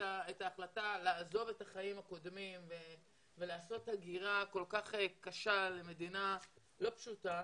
ההחלטה לעזוב את החיים הקודמים ולעשות הגירה כל כך קשה למדינה לא פשוטה,